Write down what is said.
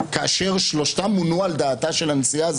כאשר שלושתם מונו על דעתה של הנשיאה,